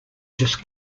just